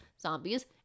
zombies